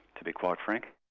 to be quite frank.